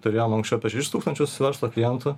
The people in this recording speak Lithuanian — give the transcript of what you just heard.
turėjom anksčiau apie šešis tūkstančius verslo klientų